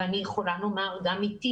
ואני יכולה לומר גם איתי,